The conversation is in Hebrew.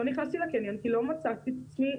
לא נכנסתי לקניון כי לא מצאתי את עצמי,